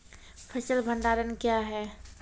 फसल भंडारण क्या हैं?